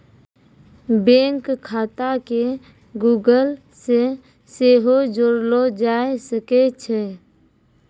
bank खाता के Google से सेहो जोड़लो जाय सकै छै